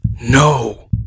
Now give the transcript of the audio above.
No